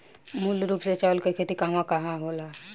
मूल रूप से चावल के खेती कहवा कहा होला?